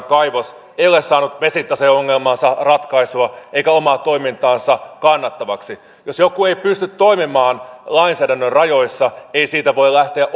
kaivos ei ole saanut vesitaseongelmaansa ratkaisua eikä omaa toimintaansa kannattavaksi jos joku ei pysty toimimaan lainsäädännön rajoissa ei siitä voi lähteä